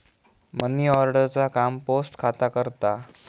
money order चा काम post खाता करता